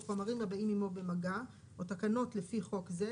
חומרים הבאים עמו במגע או תקנות לפי חוק זה,